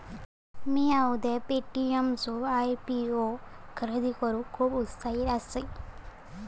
मिया उद्या पे.टी.एम चो आय.पी.ओ खरेदी करूक खुप उत्साहित असय